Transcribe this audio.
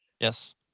yes